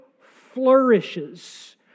flourishes